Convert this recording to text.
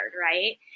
right